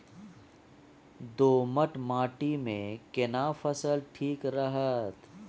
दोमट माटी मे केना फसल ठीक रहत?